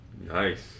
Nice